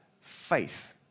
faith